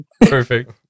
perfect